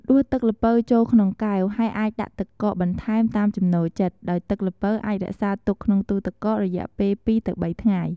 ដួសទឹកល្ពៅចូលក្នុងកែវ ហើយអាចដាក់ទឹកកកបន្ថែមតាមចំណូលចិត្ត ដោយទឹកល្ពៅអាចរក្សាទុកក្នុងទូទឹកកករយៈពេល ២-៣ ថ្ងៃ។